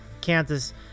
Kansas